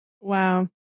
Wow